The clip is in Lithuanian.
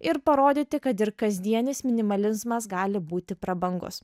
ir parodyti kad ir kasdienis minimalizmas gali būti prabangus